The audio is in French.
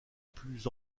plus